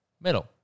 middle